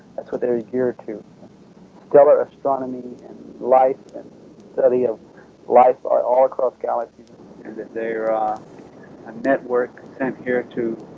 that's what they were geared to stellar astronomy and life and study of life all across galaxies that they are a network sent here to